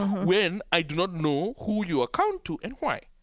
when i do not know who you account to and why.